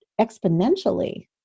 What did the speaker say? exponentially